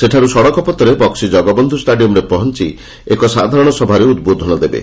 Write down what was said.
ସେଠାରୁ ସଡ଼କ ପଥରେ ବକ୍କି ଜଗବନ୍ଧୁ ଷ୍ଟାଡିୟମ୍ରେ ପହଞ୍ ଏକ ସାଧାରଣ ସଭାରେ ଉଦ୍ବୋଧନ ଦେବେ